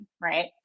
right